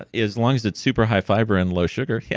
ah as long as it's super high fiber and low sugar, yeah